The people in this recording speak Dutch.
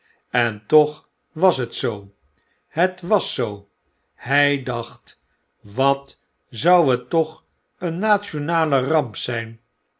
en tpch was het zoo het was zoo hg dacht wat zou het toch een nationale ramp zijn